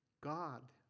God